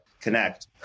connect